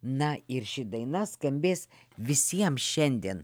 na ir ši daina skambės visiem šiandien